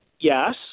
yes